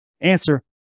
answer